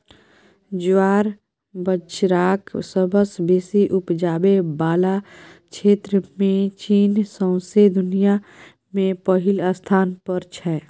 ज्वार बजराक सबसँ बेसी उपजाबै बला क्षेत्रमे चीन सौंसे दुनियाँ मे पहिल स्थान पर छै